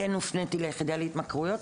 כן הופניתי ליחידה להתמכרויות.